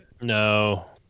No